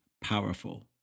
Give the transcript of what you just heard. powerful